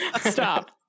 Stop